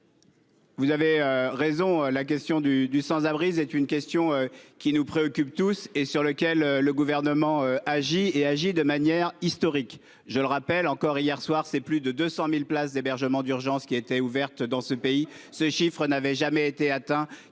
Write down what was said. vous avez raison, le sans-abrisme est une question qui nous préoccupe tous et sur laquelle le Gouvernement agit de manière historique. Hier soir encore, plus de 200 000 places d'hébergement d'urgence étaient ouvertes dans le pays. Ce chiffre n'avait jamais été atteint,